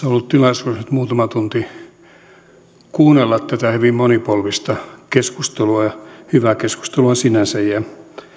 ollut tilaisuus nyt muutama tunti kuunnella tätä hyvin monipolvista keskustelua hyvää keskustelua sinänsä ja